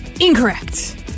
incorrect